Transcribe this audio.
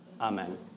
Amen